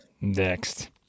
Next